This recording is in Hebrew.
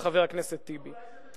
את חבר הכנסת טיבי.